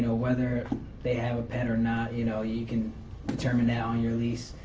whether they have a pet or not, you know you can determine that on your lease,